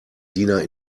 diener